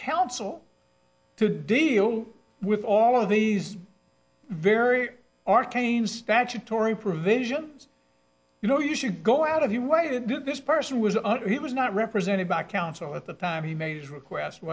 counsel to deal with all of these very arcane statutory provisions you know you should go out of your way to do this person was under he was not represented by counsel at the time he made his request